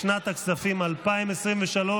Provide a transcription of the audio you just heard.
לשנת הכספים 2023,